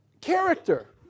character